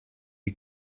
you